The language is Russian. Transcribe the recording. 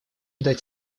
дать